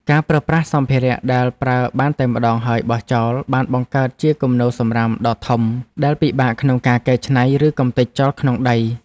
ការប្រើប្រាស់សម្ភារៈដែលប្រើបានតែម្តងហើយបោះចោលបានបង្កើតជាគំនរសំរាមដ៏ធំដែលពិបាកក្នុងការកែច្នៃឬកម្ទេចចោលក្នុងដី។